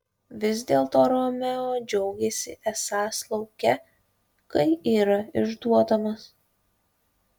vis dėlto romeo džiaugėsi esąs lauke kai yra išduodamas